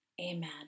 amen